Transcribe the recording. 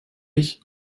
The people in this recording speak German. ich